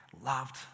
loved